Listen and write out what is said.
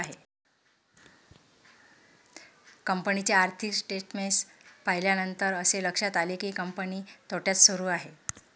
कंपनीचे आर्थिक स्टेटमेंट्स पाहिल्यानंतर असे लक्षात आले की, कंपनी तोट्यात सुरू आहे